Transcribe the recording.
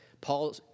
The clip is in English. Paul